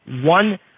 one